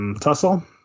Tussle